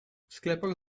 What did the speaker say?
sklepach